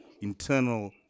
internal